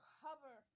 cover